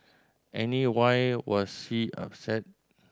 any why was C upset